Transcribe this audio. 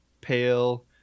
Pale